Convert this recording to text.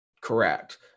Correct